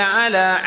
ala